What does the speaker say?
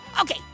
Okay